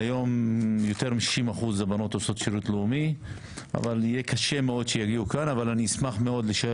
היום נערוך את כל הדיון ואת ההצבעה נשלים